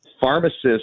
Pharmacists